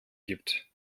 gibt